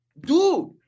Dude